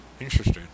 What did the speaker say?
interesting